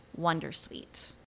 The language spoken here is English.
wondersuite